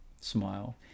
smile